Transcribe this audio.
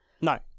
No